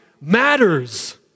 matters